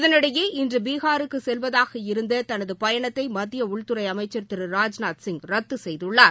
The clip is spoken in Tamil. இதளிடையே இன்று பீகாருக்கு செல்வதாக இருந்த தனது பயணத்தை மத்திய உள்துறை அமைச்சர் திரு ராஜ்நாத் சிங் ரத்து செய்துள்ளார்